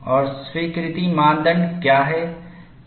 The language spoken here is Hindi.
और स्वीकृति मानदंड क्या है